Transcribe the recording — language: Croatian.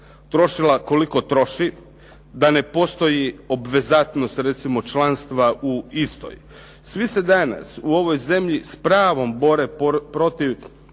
trošila koliko troši da ne postoji obvezatnost recimo članstva u istoj? Svi se danas u ovoj zemlji s pravom bore protiv